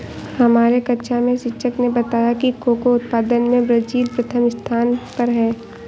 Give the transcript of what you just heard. हमारे कक्षा में शिक्षक ने बताया कि कोको उत्पादन में ब्राजील प्रथम स्थान पर है